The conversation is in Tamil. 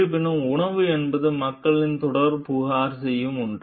இருப்பினும் உணவு என்பது மக்கள் தொடர்ந்து புகார் செய்யும் ஒன்று